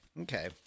Okay